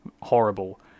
horrible